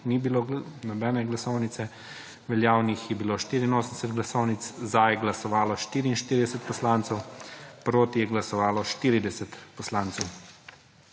ni bilo nobene glasovnice. Veljavnih je bilo 84 glasovnic. Za je glasovalo 44 poslank in poslancev, proti je glasovalo 40 poslank